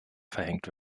verhängt